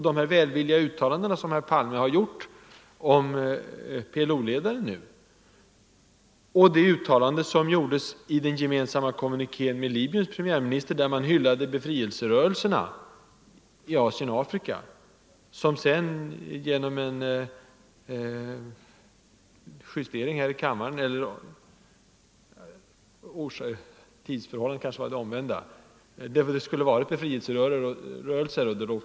De välvilliga omdömen som herr Palme har fällt om PLO-ledaren, och det uttalande som gjordes i den gemensamma kommunikén med Libyens premiärminister, där man hyllade ”befrielserörelser” i Asien och Afrika gav ett sådant intryck.